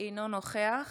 אינו נוכח